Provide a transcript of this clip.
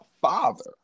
father